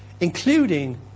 including